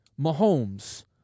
Mahomes